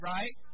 Right